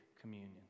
communion